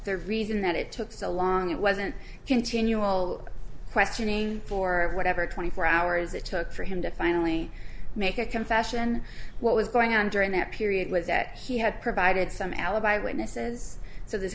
the reason that it took so long it wasn't continual questioning for whatever twenty four hours it took for him to finally make a confession what was going on during that period was that he had provided some alibi witnesses so this